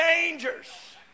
dangers